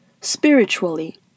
Spiritually